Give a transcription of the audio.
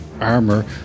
armor